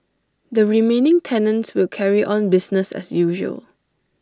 the remaining tenants will carry on business as usual